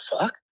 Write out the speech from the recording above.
fuck